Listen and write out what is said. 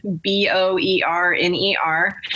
B-O-E-R-N-E-R